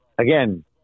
again